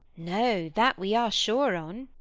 no that we are sure on.